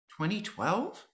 2012